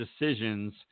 decisions